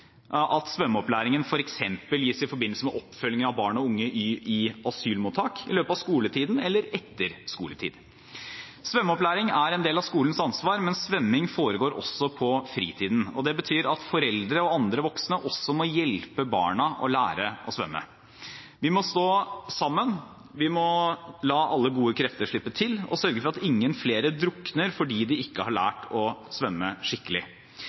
at svømmeopplæringen gis i forbindelse med oppfølgingen av barn og unge i asylmottak i løpet av skoletiden eller etter skoletid. Svømmeopplæring er en del av skolens ansvar, men svømming foregår også i fritiden. Det betyr at foreldre og andre voksne også må hjelpe barna å lære å svømme. Vi må stå sammen. Vi må la alle gode krefter slippe til og sørge for at ingen flere drukner fordi de ikke har lært å svømme skikkelig.